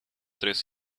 tres